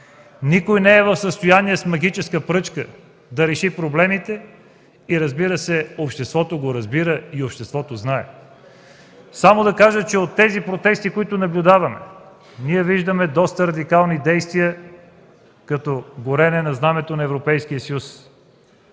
Никой не е в състояние с магическа пръчка да реши проблемите – обществото го разбира и обществото знае. Само да кажа, че в протестите, които наблюдаваме, виждаме доста радикални действия, като горене на знамето на Европейския съюз,